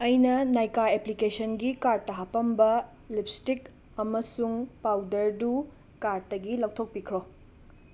ꯑꯩꯅ ꯅꯥꯏꯀꯥ ꯑꯦꯄ꯭ꯂꯤꯀꯦꯁꯟꯒꯤ ꯀꯥꯔꯠꯇ ꯍꯥꯞꯄꯝꯕ ꯂꯤꯞꯁꯇꯤꯛ ꯑꯃꯁꯨꯡ ꯄꯥꯎꯗꯔꯗꯨ ꯀꯥꯔꯠꯇꯒꯤ ꯂꯧꯊꯣꯛꯄꯤꯈ꯭ꯔꯣ